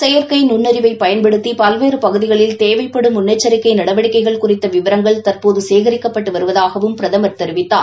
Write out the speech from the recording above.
செயற்கை நுண்ணறிவை பயன்படுத்தி பல்வேறு பகுதிகளில் தேவைப்படும் முன்னெச்சிக்கை நடவடிக்கைகள் குறித்த விவரங்கள் தற்போது சேகரிக்கப்பட்டு வருவதாகவும் பிரதம் தெரிவித்தார்